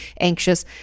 anxious